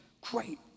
great